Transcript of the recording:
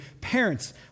Parents